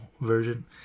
version